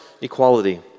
equality